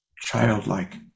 childlike